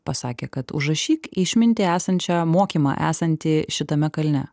pasakė kad užrašyk išmintį esančią mokymą esantį šitame kalne